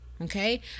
Okay